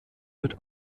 wird